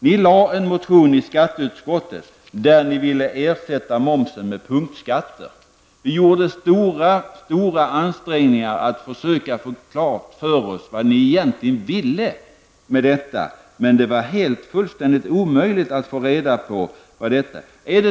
Ni väckte en motion som gick ut på att ersätta momsen med punktskatter. Vi gjorde i skatteutskottet stora ansträngningar att försöka få klart för oss vad ni egentligen ville med detta, men det var fullständigt omöjligt att få reda på.